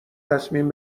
تصمیم